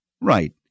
Right